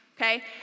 okay